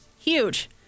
huge